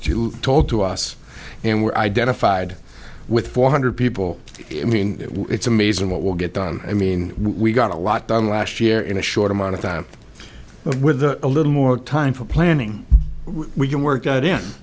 told to us and we're identified with four hundred people it's amazing what will get done i mean we got a lot done last year in a short amount of time with a little more time for planning we can work out in